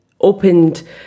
opened